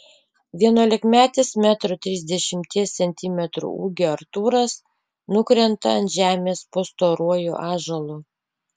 vienuolikmetis metro trisdešimties centimetrų ūgio artūras nukrenta ant žemės po storuoju ąžuolu